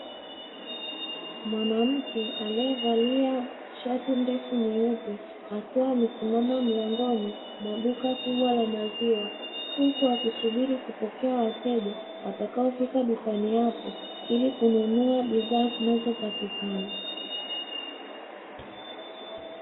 Mwanamke alevalia shati ndefu nyeupe, akiwa amesimama mlangoni mwa duka kubwa la maziwa, huku akisubiria kupokea wateja watakaofika dukani hapo, ili kununua bidhaa zinazopatikana.